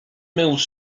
mills